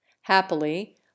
Happily